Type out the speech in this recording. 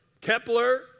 Kepler